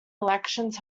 elections